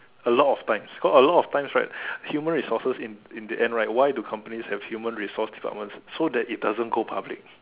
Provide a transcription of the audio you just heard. a lot of times cause a lot of times right human resources in in the end right why do companies have human resource departments so that it doesn't go public